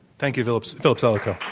thank you, philip philip zelikow.